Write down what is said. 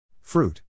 Fruit